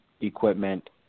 equipment